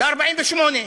ב-1948.